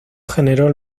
generó